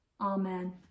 Amen